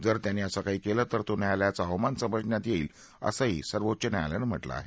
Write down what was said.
जर त्यांनी असं काही केलं तर तो न्यायालयाचा अवमान समजण्यात येईलअसंही सर्वोच्च न्यायालयानं म्हाकें आहे